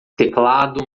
teclado